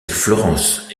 florence